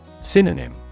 Synonym